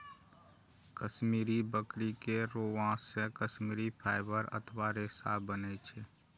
कश्मीरी बकरी के रोआं से कश्मीरी फाइबर अथवा रेशा बनै छै